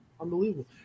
unbelievable